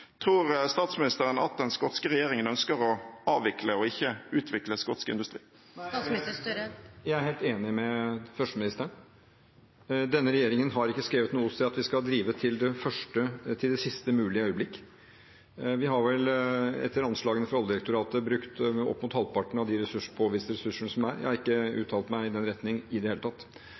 Tror statsministeren at den skotske regjeringen ønsker å avvikle og ikke utvikle skotsk industri? Nei, og jeg er helt enig med førsteministeren. Denne regjeringen har ikke skrevet noe sted at vi skal drive til det siste mulige øyeblikk. Vi har vel, etter anslagene fra Oljedirektoratet, brukt opp mot halvparten av de påviste ressursene som er. Jeg har ikke uttalt meg i den retning i det hele tatt.